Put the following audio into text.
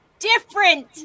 different